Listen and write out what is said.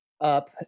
up